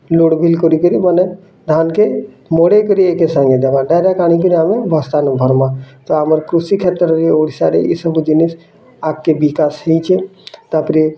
load ବିଲ୍ କରି କିରି ମାନେ ଧାନ୍ କେ ମୁଡେ କରି ଏକା ସାଙ୍ଗେ ଦେବାଟାରେ କାଣା କରି ଆମେ ବସ୍ତାନୁ ଭର୍ମା ତ୍ ଆମର କୃଷି କ୍ଷେତ୍ରରେ ଓଡ଼ିଶା ଏଇ ସବୁ ଜିନିଷ୍ ଆଗ କେ ବିକାଶ୍ ହେଇଛେ ତା'ପରେ